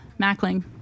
Mackling